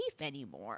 anymore